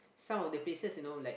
some of the places you know like